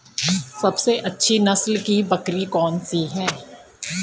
सबसे अच्छी नस्ल की बकरी कौन सी है?